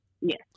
Yes